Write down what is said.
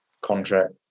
contract